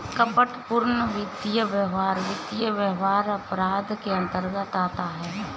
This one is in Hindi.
कपटपूर्ण वित्तीय व्यवहार वित्तीय अपराध के अंतर्गत आता है